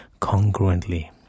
congruently